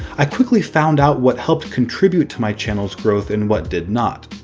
i quickly found out what helped contribute to my channel's growth and what did not.